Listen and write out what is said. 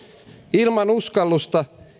ilman uskallusta